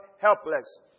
helpless